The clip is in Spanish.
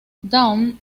dawn